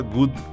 Good